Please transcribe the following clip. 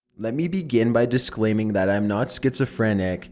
let me begin by disclaiming that i am not schizophrenic.